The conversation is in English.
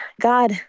God